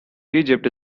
egypt